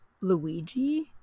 Luigi